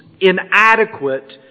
inadequate